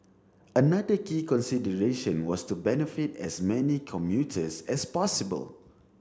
another key consideration was to benefit as many commuters as possible